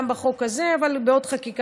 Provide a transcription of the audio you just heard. גם בחוק הזה אבל בעוד חקיקה,